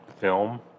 film